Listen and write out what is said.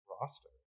roster